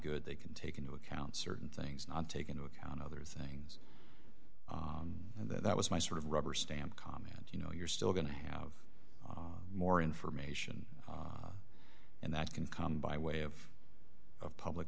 good they can take into account certain things not take into account other things and then that was my sort of rubber stamp comment you know you're still going to have more information and that can come by way of of public